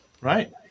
Right